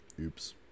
Oops